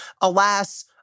Alas